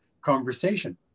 conversation